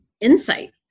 insight